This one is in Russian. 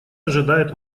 ожидает